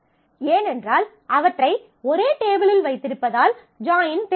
ஏனென்றால் அவற்றை ஒரே டேபிளில் வைத்திருப்பதால் ஜாயின் தேவையில்லை